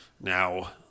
Now